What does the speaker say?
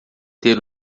ter